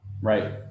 Right